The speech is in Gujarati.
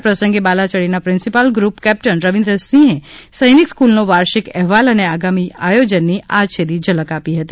આ પ્રસંગે બાલાછડીના પ્રિન્સિપાલ ગ્રુપ કેપ્ટન રવિન્દ્ર સિંહે સૈનિક સ્ફ્રલનો વાર્ષિક અહેવાલ અને આગામી આયોજનોની આછેરી ઝલક આપી હતી